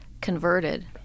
converted